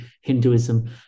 Hinduism